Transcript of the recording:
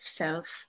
self